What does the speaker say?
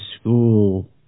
school